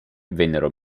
vennero